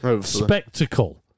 spectacle